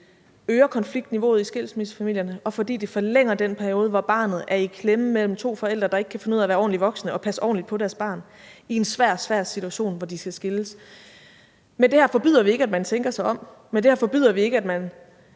øger konfliktniveauet i skilsmissefamilierne, og fordi det forlænger den periode, hvor barnet er i klemme mellem to forældre, der ikke kan finde ud af at være ordentlige voksne og passe ordentligt på deres barn i en svær, svær situation, hvor de skal skilles. Med det her forbyder vi ikke, at man tænker sig om, med det her forbyder vi ikke, at man